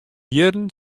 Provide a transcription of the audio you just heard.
jierren